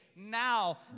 Now